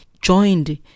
joined